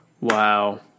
Wow